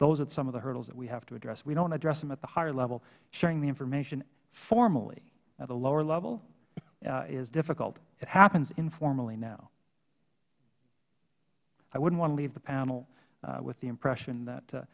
those are some of the hurdles we have to address if we don't address them at the higher level sharing the information formally at a lower level is difficult it happens informally now i wouldn't want to leave the panel with the impression that